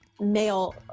male